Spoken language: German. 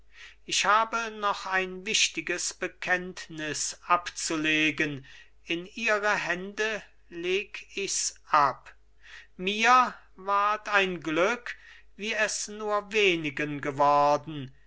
ich habe noch ein wichtiges bekenntnis abzulegen in ihre hände leg ichs ab mir ward ein glück wie es nur wenigen geworden